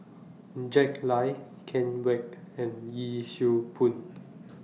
Jack Lai Ken Kwek and Yee Siew Pun